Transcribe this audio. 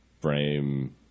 frame